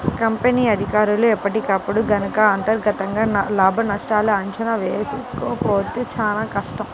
company అధికారులు ఎప్పటికప్పుడు గనక అంతర్గతంగా లాభనష్టాల అంచనా వేసుకోకపోతే చానా కష్టం